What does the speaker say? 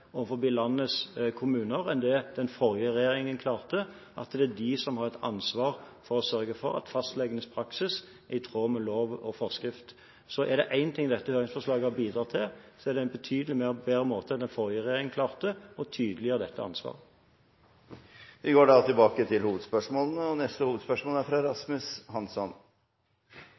landets kommuner enn det den forrige regjeringen klarte – at det er de som har et ansvar for å sørge for at fastlegenes praksis er i tråd med lov og forskrift. Er det én ting dette høringsforslaget har bidratt til, er det å tydeliggjøre dette ansvaret på en betydelig bedre måte enn det den forrige regjeringen klarte. Vi går videre til neste hovedspørsmål. Mitt spørsmål går til klima- og